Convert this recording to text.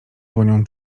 dłonią